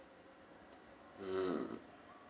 mm